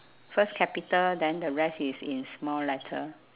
first capital then the rest is in small letter